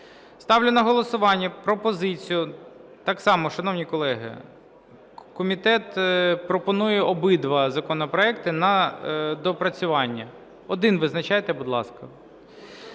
Ставлю на голосування пропозицію, так само, шановні колеги, комітет пропонує обидва законопроекти на доопрацювання. Один визначайте, будь ласка.